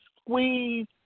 squeeze